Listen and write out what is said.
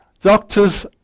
Doctors